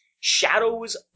Shadows